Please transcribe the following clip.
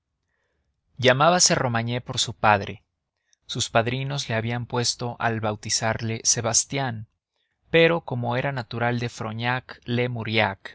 romagné llamábase romagné por su padre sus padrinos le habían puesto al bautizarle sebastián pero como era natural de frognac les mauriac departamento